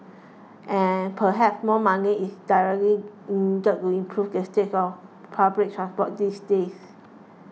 and perhaps more money is direly needed to improve the state of public transport these days